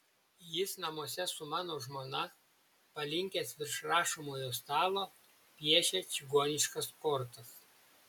jis namuose su mano žmona palinkęs virš rašomojo stalo piešia čigoniškas kortas